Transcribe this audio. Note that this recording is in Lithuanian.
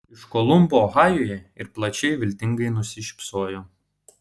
iš kolumbo ohajuje ir plačiai viltingai nusišypsojo